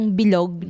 bilog